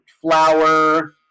flour